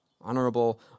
honorable